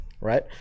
Right